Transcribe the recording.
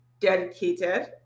dedicated